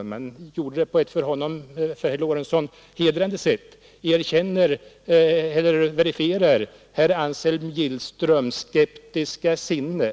Herr Lorentzon gjorde det på ett för herr Lorentzon hedrande sätt och verifierade Anselm Gillströms skeptiska sinne.